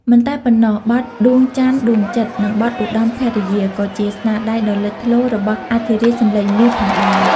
មិនតែប៉ុណ្ណោះ បទ "ដួងច័ន្ទដួងចិត្ត" និងបទ "ឧត្តមភរិយា" ក៏ជាស្នាដៃដ៏លេចធ្លោរបស់អធិរាជសំឡេងមាសផងដែរ។